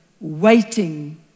waiting